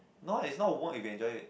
no is not work if you enjoy it